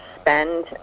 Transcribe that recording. spend